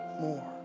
More